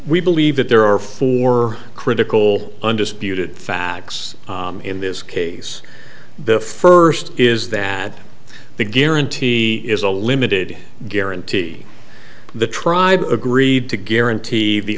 we believe that there are four critical undisputed facts in this case the first is that the guarantee is a limited guarantee the tribe agreed to guarantee the